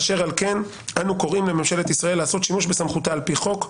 אשר על כן אנו קוראים לממשלת ישראל לעשות שימוש בסמכותה על פי חוק,